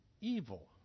evil